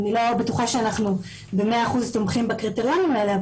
אני לא בטוחה שאנחנו במאה אחוז תומכים בקריטריונים האלה,